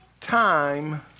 Time